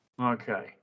Okay